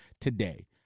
today